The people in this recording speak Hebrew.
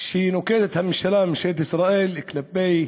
שנוקטת הממשלה, ממשלת ישראל, כלפי